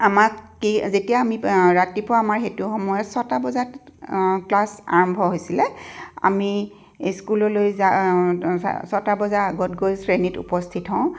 আমাক কি যেতিয়া আমি ৰাতিপুৱা আমাৰ সেইটো সময়ত ছটা বজাত ক্লাছ আৰম্ভ হৈছিলে আমি ইস্কুললৈ যাওঁ ছটা বজাৰ আগত গৈ শ্ৰেণীত উপস্থিত হওঁ